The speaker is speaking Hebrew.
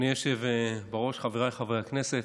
אדוני היושב-ראש, חבריי חברי הכנסת,